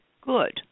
Good